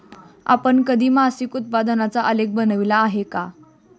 आपण कधी मासिक उत्पन्नाचा आलेख बनविला आहे का?